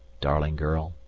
darling girl,